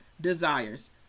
desires